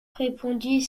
répondit